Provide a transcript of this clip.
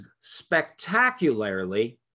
spectacularly